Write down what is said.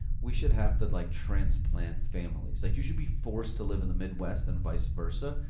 we should have to like transplant families. like you should be forced to live in the midwest and vice versa,